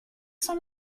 cent